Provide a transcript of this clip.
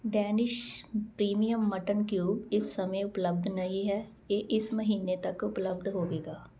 Danish premium mutton cube ਇਸ ਸਮੇਂ ਉਪਲੱਬਧ ਨਹੀਂ ਹੈ ਇਹ ਇਸ ਮਹੀਨੇ ਤੱਕ ਉਪਲੱਬਧ ਹੋਵੇਗਾ